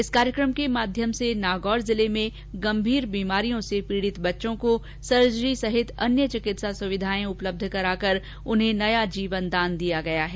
इस कार्यक्रम के माध्यम से नागौर जिले में गम्मीर बीमारियों से पीड़ित बच्चों को सर्जरी सहित अन्य चिकित्सा सुविधा उपलब्ध कराकर उन्हें नया जीवनदान दिया गया है